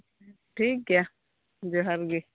ᱴᱷᱤᱠ ᱜᱮᱭᱟ ᱡᱚᱦᱟᱨ ᱜᱮ